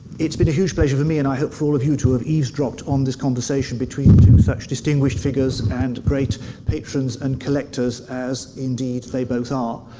it's been a huge pleasure for me, and i hope for all of you, to have eavesdropped on this conversation between two such distinguished figures, and great patrons and collectors, as indeed they both are.